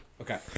Okay